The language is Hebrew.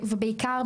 בעיקר,